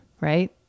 Right